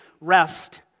rest